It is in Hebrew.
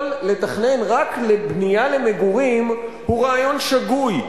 לתכנן רק לבנייה למגורים הוא רעיון שגוי.